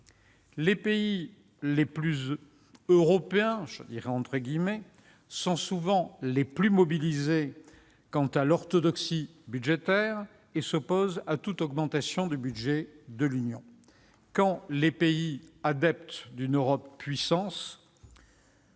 Les pays les plus « européens » sont souvent les plus attachés à l'orthodoxie budgétaire et s'opposent à toute augmentation du budget de l'Union, quand les pays adeptes d'une Europe puissance,